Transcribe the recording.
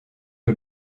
que